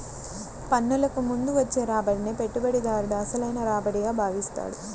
పన్నులకు ముందు వచ్చే రాబడినే పెట్టుబడిదారుడు అసలైన రాబడిగా భావిస్తాడు